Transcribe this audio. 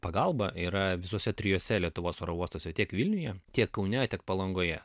pagalbą yra visuose trijuose lietuvos oro uostuose tiek vilniuje tiek kaune tiek palangoje